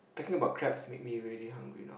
talking about crabs make me really hungry now